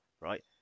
right